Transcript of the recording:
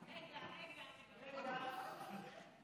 הצעת ועדת הכנסת לתיקון